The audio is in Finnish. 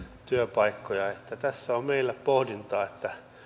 työpaikkoja niin että tässä on meillä pohdintaa